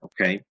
okay